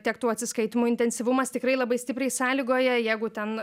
tiek tų atsiskaitymų intensyvumas tikrai labai stipriai sąlygoja jeigu ten